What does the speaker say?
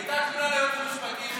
הייתה תלונה ליועץ המשפטי,